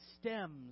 stems